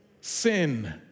Sin